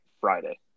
Friday